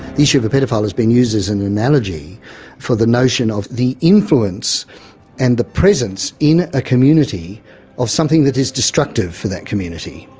the issue of a paedophile is being used as an analogy for the notion of the influence and the presence in a community of something that is destructive for that community,